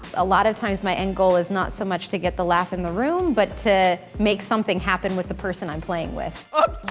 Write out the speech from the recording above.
a lot of times my end goal is not so much to get the laugh in the room but to make something happen with the person i'm playing with. ah